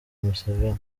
museveni